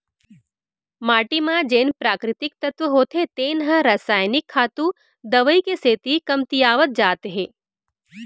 माटी म जेन प्राकृतिक तत्व होथे तेन ह रसायनिक खातू, दवई के सेती कमतियावत जात हे